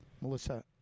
Melissa